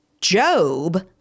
Job